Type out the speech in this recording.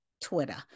Twitter